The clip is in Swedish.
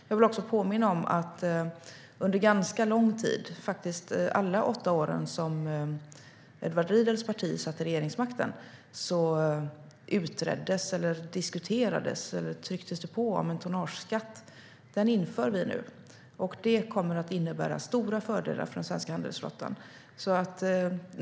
Jag vill också påminna om att under ganska lång tid - faktiskt alla åtta år som Edward Riedls parti satt i regeringsställning - utreddes eller diskuterades en tonnageskatt. Den inför vi nu, och det kommer att innebära stora fördelar för den svenska handelsflottan.